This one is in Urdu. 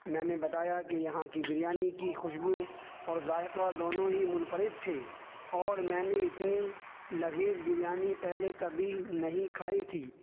میں نے بتایا کہ یہاں کی بریانی کی خوشبو اور ذائقہ دونوں ہی منفرد تھے اور میں نے اتنی لذیذ بریانی پہلے کبھی نہیں کھائی تھی